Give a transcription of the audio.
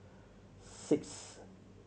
six